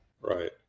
Right